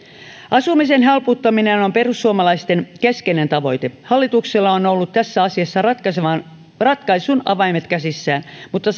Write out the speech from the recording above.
asumisen halpuuttaminen on perussuomalaisten keskeinen tavoite hallituksella on on ollut tässä asiassa ratkaisun ratkaisun avaimet käsissään mutta